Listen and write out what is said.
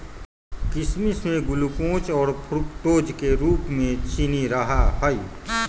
किशमिश में ग्लूकोज और फ्रुक्टोज के रूप में चीनी रहा हई